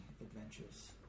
adventures